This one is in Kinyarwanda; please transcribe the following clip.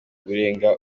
urenga